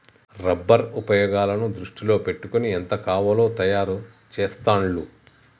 rubber ఉపయోగాలను దృష్టిలో పెట్టుకొని ఎంత కావాలో తయారు చెస్తాండ్లు